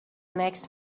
next